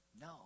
No